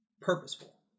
Purposeful